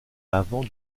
l’avant